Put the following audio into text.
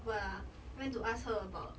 what ah went to ask her about